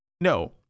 No